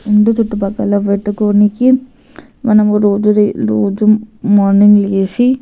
ఇంటి చుట్టుపక్కల పెట్టుకొనికి మనము రోజు రోజు మార్నింగ్ లేసి